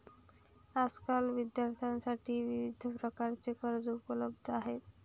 आजकाल विद्यार्थ्यांसाठी विविध प्रकारची कर्जे उपलब्ध आहेत